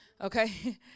okay